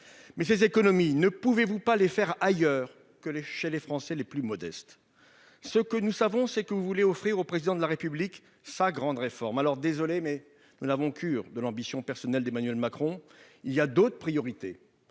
faire ces économies ailleurs et éviter de prendre aux Français les plus modestes ? Ce que nous savons, c'est que vous voulez offrir au Président de la République « sa » grande réforme. J'en suis désolé, mais nous n'avons cure de l'ambition personnelle d'Emmanuel Macron. Il y a d'autres priorités